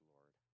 Lord